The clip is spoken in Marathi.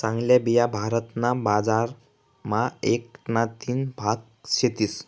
चांगल्या बिया भारत ना बजार मा एक ना तीन भाग सेतीस